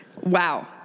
Wow